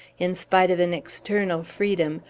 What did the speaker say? in spite of an external freedom,